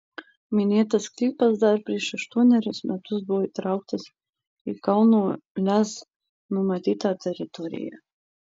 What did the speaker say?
minėtas sklypas dar prieš aštuonerius metus buvo įtrauktas į kauno lez numatytą teritoriją